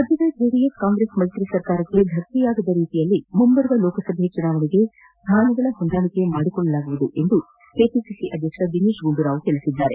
ರಾಜ್ದದ JDS Congress ಮೈತ್ರಿ ಸರ್ಕಾರಕ್ಷೆ ಧಕ್ಕೆಯಾಗದ ರೀತಿಯಲ್ಲಿ ಮುಂಬರುವ ಲೋಕಸಭಾ ಚುನಾವಣೆಗೆ ಸ್ಟಾನಗಳ ಹೊಂದಾಣಿಕೆ ಮಾಡಿಕೊಳ್ಳುವುದಾಗಿ ಕೆಪಿಸಿಸಿ ಅಧ್ಯಕ್ಷ ದಿನೇತ್ ಗುಂಡೂರಾವ್ ಹೇಳಿದ್ದಾರೆ